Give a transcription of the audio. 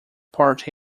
part